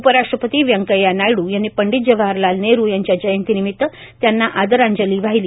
उपराष्ट्रपती व्यंकय्या नायड्र यांनी पंडित जवाहरलाल नेहरु यांच्या जयंतीनिमित त्यांना आदरांजली वाहिली